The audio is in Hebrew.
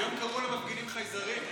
היום קראו למפגינים חייזרים,